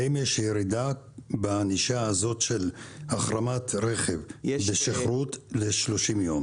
האם יש ירידה בענישה הזאת של החרמת רכב בשכרות ל-30 יום?